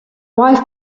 wife